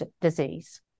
disease